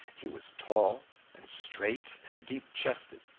he was tall and straight and deep-chested.